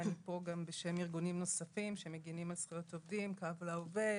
ואני פה גם בשם ארגונים נוספים שמגינים על זכויות עובדים קו לעובד,